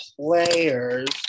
players